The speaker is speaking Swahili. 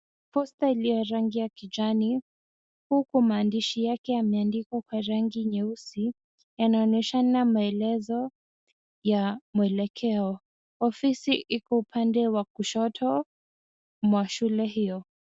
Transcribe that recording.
Posta iliyo rangi ya kijani, huku maandishi yake yameandikwa kwa rangi nyeusi. Yanaonyeshana maelezo ya mwelekeo. Ofisi iko upande wa kushoto, mwa shule hio.